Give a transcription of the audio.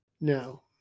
No